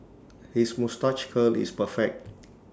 his moustache curl is perfect